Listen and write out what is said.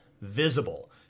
visible